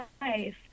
life